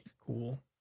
Cool